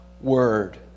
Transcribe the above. word